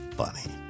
funny